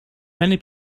many